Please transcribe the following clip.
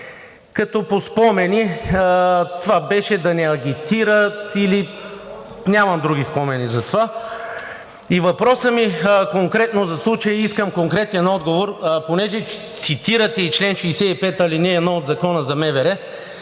като по спомени това беше да не агитират, или… нямам други спомени за това. Въпросът ми конкретно за случая – искам конкретен отговор. Понеже цитирате чл. 65, ал. 1 от Закона за МВР,